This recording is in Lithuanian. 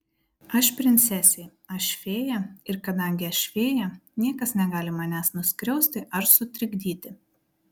aš princesė aš fėja ir kadangi aš fėja niekas negali manęs nuskriausti ar sutrikdyti